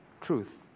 truth